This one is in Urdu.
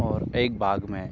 اور ایک باغ میں